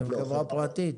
אתם חברה פרטית?